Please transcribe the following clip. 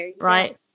Right